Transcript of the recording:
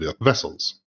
vessels